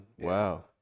wow